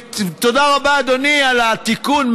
תודה רבה, אדוני, על התיקון.